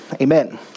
Amen